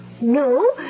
No